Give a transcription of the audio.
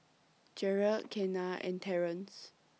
Jerald Kenna and Terrance